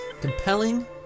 Compelling